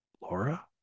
Laura